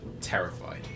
terrified